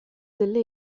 delle